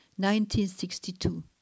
1962